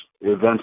events